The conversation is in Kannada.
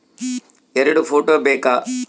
ಎರಡು ಫೋಟೋ ಬೇಕಾ?